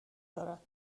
دارد